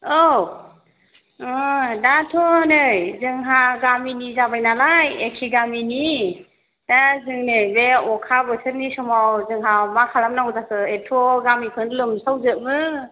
औ दाथ' नै जोंहा गामिनि जाबाय नालाय एखे गामिनि दा जोंनि बे अखा बोथोरनि समाव जोंहा मा खालामनांगौ जाखो एथ' गामिखौनो लोमसावजोबो